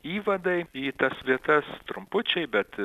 įvadai į tas vietas trumpučiai bet